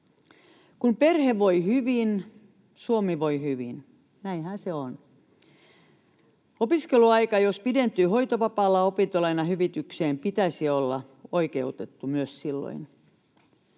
Kun perhe voi hyvin, Suomi voi hyvin, näinhän se on. Jos opiskeluaika pidentyy hoitovapaalla, opintolainahyvitykseen pitäisi olla oikeutettu myös silloin.